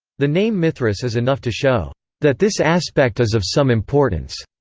the name mithras is enough to show that this aspect is of some importance.